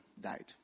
died